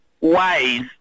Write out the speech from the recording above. wise